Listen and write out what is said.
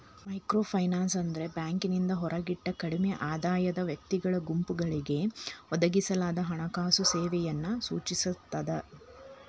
microfinance ಅಂದ್ರ ಬ್ಯಾಂಕಿಂದ ಹೊರಗಿಟ್ಟ ಕಡ್ಮಿ ಆದಾಯದ ವ್ಯಕ್ತಿಗಳ ಗುಂಪುಗಳಿಗೆ ಒದಗಿಸಲಾದ ಹಣಕಾಸು ಸೇವೆಗಳನ್ನ ಸೂಚಿಸ್ತದ